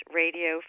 radio